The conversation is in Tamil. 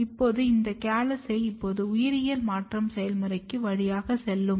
இப்போது இந்த கேலஸை இப்போது உயிரியல் மாற்றம் செயல்முறையின் வழியாக செல்லும்